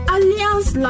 Alliance